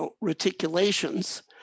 reticulations